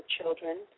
children